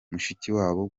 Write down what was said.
mushikiwabo